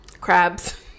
crabs